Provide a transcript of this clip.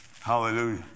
Hallelujah